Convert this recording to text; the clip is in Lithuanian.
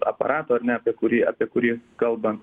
aparato ar ne apie kurį apie kurį kalba